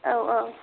औ औ